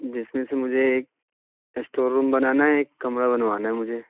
جس میں سے مجھے ایک اسٹور روم بنانا ہے ایک کمرہ بنوانا ہے مجھے